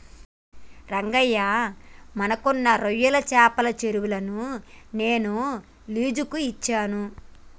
రంగయ్య మనకున్న రొయ్యల చెపల చెరువులను నేను లోజుకు ఇచ్చాను